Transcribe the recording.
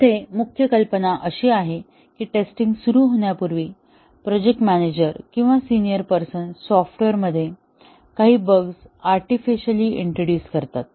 येथे मुख्य कल्पना अशी आहे की टेस्टिंग सुरू होण्यापूर्वी प्रोजेक्ट मॅनेजर किंवा सिनियर पर्सन सॉफ्टवेअरमध्ये काही बग्स आर्टीफिशिअली इंट्रोड्युस करतात